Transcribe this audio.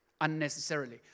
unnecessarily